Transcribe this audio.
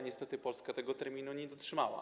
Niestety Polska tego terminu nie dotrzymała.